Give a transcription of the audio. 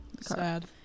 sad